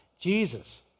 Jesus